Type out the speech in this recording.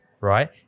right